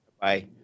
Bye